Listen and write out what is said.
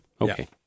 Okay